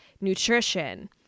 nutrition